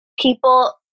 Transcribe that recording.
people